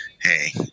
hey